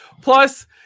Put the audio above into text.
Plus